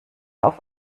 auf